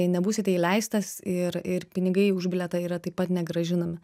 nebūsite įleistas ir ir pinigai už bilietą yra taip pat negrąžinami